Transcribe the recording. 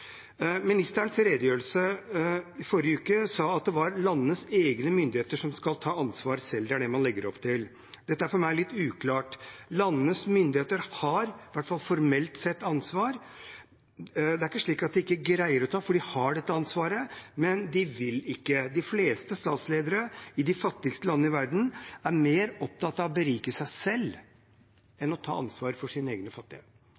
redegjørelse i forrige uke at landenes egne myndigheter skal ta ansvar selv. Det er det man legger opp til. Dette er litt uklart for meg. Landenes myndigheter har – i hvert fall formelt sett – ansvar. Det er ikke slik at de ikke greier å ta ansvar, for de har dette ansvaret, men de vil ikke. De fleste statsledere i de fattigste landene i verden er mer opptatt av å berike seg selv enn av å ta ansvar for sine egne fattige.